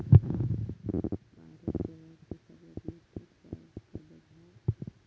भारत जगातलो सगळ्यात मोठो चाय उत्पादक हा